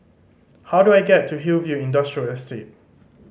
how do I get to Hillview Industrial Estate